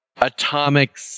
atomic